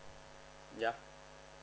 yup